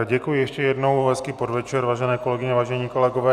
Děkuji ještě jednou a hezký podvečer, vážené kolegyně a vážení kolegové.